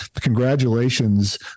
congratulations